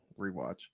rewatch